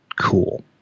Cool